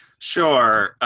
sure.